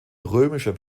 römischer